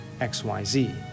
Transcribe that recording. XYZ